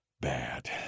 bad